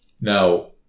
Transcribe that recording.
Now